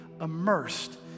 immersed